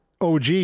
OG